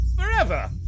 forever